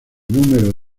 número